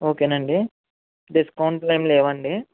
ఓకేనండి డిస్కౌంట్లు ఏమి లేవా అండి